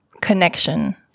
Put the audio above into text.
connection